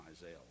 Isaiah